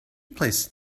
placed